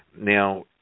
Now